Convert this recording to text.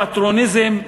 זה פטרוניזם,